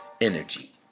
energy